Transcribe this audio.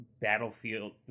battlefield